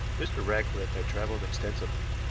mr. ratcliffe had traveled extensively,